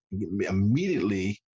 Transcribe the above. immediately